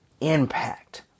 impact